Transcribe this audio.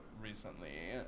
recently